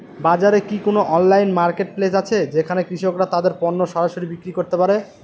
বাজারে কি কোন অনলাইন মার্কেটপ্লেস আছে যেখানে কৃষকরা তাদের পণ্য সরাসরি বিক্রি করতে পারে?